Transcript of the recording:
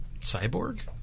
Cyborg